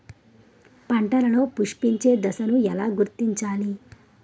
పంటలలో పుష్పించే దశను ఎలా గుర్తించాలి?